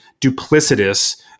duplicitous